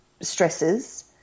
stresses